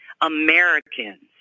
Americans